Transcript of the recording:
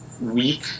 week